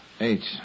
Eight